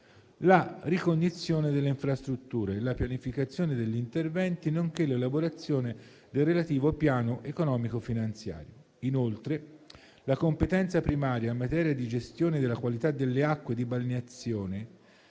la ricognizione delle infrastrutture, la pianificazione degli interventi, nonché l'elaborazione del relativo piano economico-finanziario. Inoltre, la competenza primaria in materia di gestione della qualità delle acque di balneazione,